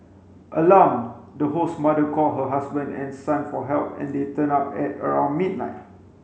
alarmed the host's mother called her husband and son for help and they turned up at around midnight